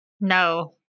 No